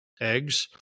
eggs